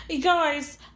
guys